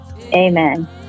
Amen